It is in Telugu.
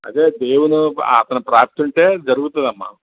అదే దేవుని అతని ప్రాప్తి ఉంటే జరుగుతుందమ్మా